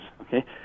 okay